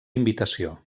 invitació